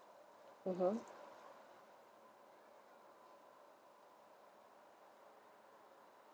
mmhmm